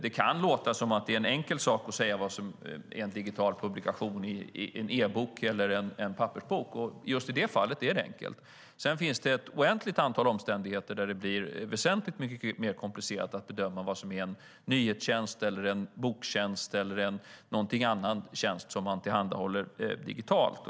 Det kan låta som att det är en enkel sak att säga vad som är en digital publikation, en e-bok eller en pappersbok, och just i det fallet är det enkelt. Sedan finns det ett oändligt antal omständigheter då det blir väsentligt mycket mer komplicerat att bedöma vad som är en nyhetstjänst, en boktjänst eller någon annan tjänst som man tillhandahåller digitalt.